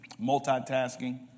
multitasking